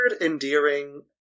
endearing